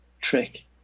trick